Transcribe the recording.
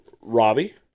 Robbie